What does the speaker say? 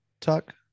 Tuck